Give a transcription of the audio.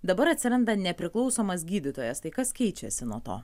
dabar atsiranda nepriklausomas gydytojas tai kas keičiasi nuo to